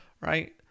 right